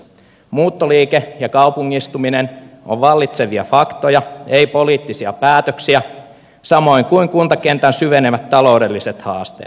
muuttoliike ja kaupungistuminen ovat vallitsevia faktoja ei poliittisia päätöksiä samoin kuin kuntakentän syvenevät taloudelliset haasteet